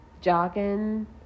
jogging